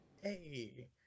Hey